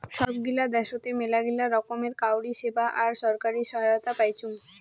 সব গিলা দ্যাশোতে মেলাগিলা রকমের কাউরী সেবা আর ছরকারি সহায়তা পাইচুং